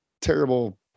terrible